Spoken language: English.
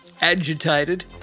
agitated